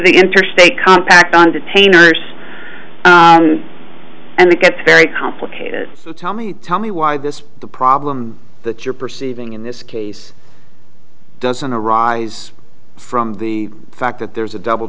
the interstate compact on detainers and it gets very complicated so tell me tell me why this the problem that you're perceiving in this case doesn't arise from the fact that there's a double